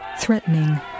threatening